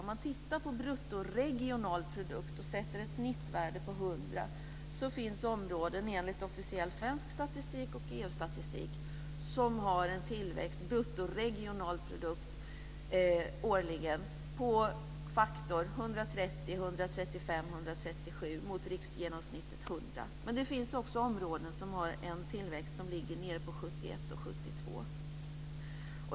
Om man tittar på bruttoregionalprodukt och sätter ett snittvärde på 100, finns områden enligt officiell svensk statistik och EU statistik som har en årlig tillväxt på bruttoregionalprodukten på faktor 130-137 mot riksgenomsnittet 100. Det finns också områden som har en tillväxt på 71-72.